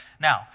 Now